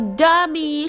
dummy